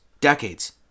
Decades